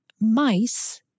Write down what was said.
Mice